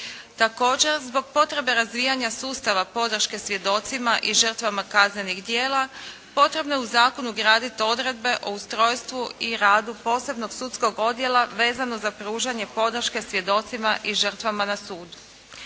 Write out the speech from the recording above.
Također zbog potrebe razvijanja sustava podrške svjedocima i žrtvama kaznenih dijela, potrebno u zakon ugraditi odredbe o ustrojstvu i radu posebnog sudskog odjela vezano za pružanje podrške svjedocima i žrtvama na sudu.